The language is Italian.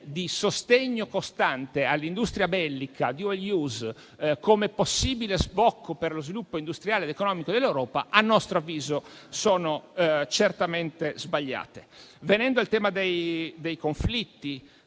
di sostegno costante all'industria bellica *dual use* come possibile sbocco per lo sviluppo industriale ed economico dell'Europa sono certamente sbagliate. Venendo al tema dei conflitti,